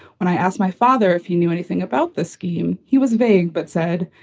when i asked my father if he knew anything about the scheme, he was vague but said,